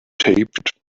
taped